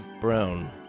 Brown